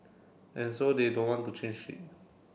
and so they don't want to change it